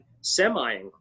semi